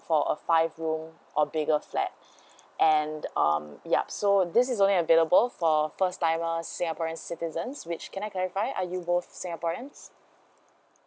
for a five room or bigger flat and um yup so this is only available for first timer singaporeans citizens which can I clarify are you both singaporeans